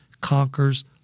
conquers